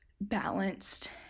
balanced